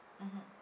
mmhmm